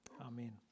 Amen